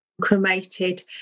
cremated